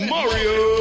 Mario